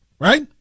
right